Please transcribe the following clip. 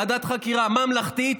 ועדת חקירה ממלכתית,